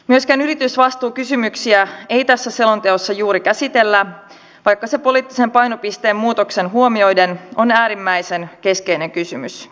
myöskään yritysvastuukysymyksiä ei tässä selonteossa juuri käsitellä vaikka se poliittisen painopisteen muutos huomioiden on äärimmäisen keskeinen kysymys